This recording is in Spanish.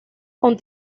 con